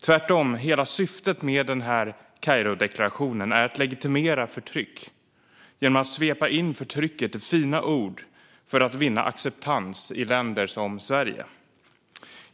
Tvärtom, hela syftet med Kairodeklarationen är att legitimera förtryck genom att svepa in förtrycket i fina ord för att vinna acceptans i länder som Sverige.